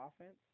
offense